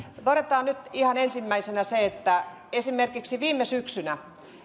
todetaan nyt ihan ensimmäisenä se että esimerkiksi viime syksynä